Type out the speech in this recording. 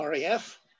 RAF